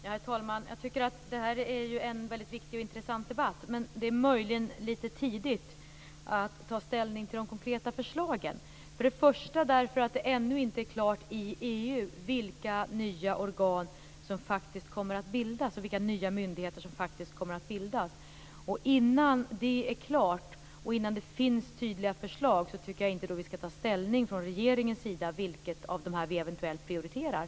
Herr talman! Jag tycker att detta är en väldigt viktig och intressant debatt. Det är dock möjligen lite tidigt att nu ta ställning till de konkreta förslagen, främst därför att det ännu inte är klart i EU vilka nya organ och myndigheter som faktiskt kommer att bildas. Innan det är klart och innan det finns tydliga förslag tycker jag inte att vi från regeringens sida skall ta ställning till vad vi eventuellt prioriterar.